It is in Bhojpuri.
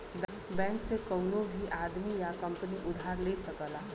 बैंक से कउनो भी आदमी या कंपनी उधार ले सकला